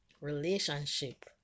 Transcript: relationship